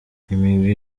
imigwi